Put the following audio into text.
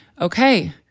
okay